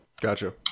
Gotcha